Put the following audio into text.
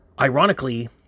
Ironically